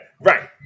Right